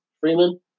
Freeman